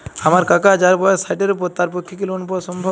আমার কাকা যাঁর বয়স ষাটের উপর তাঁর পক্ষে কি লোন পাওয়া সম্ভব?